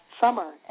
summer